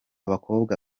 bakobwa